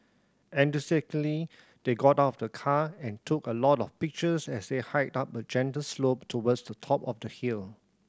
enthusiastically they got out of the car and took a lot of pictures as they hiked up a gentle slope towards the top of the hill